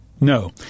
No